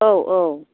औ औ